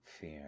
fear